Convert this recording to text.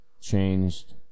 changed